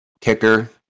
kicker